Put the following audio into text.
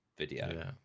video